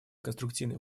конструктивный